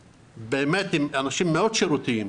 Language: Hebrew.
אנשים באמת מאוד שירותיים.